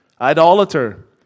idolater